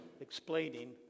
explaining